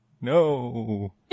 no